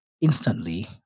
instantly